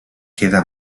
queda